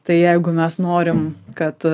tai jeigu mes norim kad